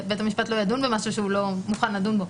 בית המשפט לא ידון במשהו שהוא לא מוכן לדון בו.